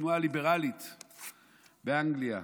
התנועה הליברלית באנגליה.